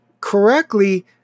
correctly